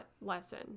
lesson